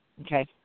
Okay